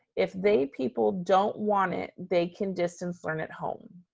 if they people don't want it, they can distance learn at home.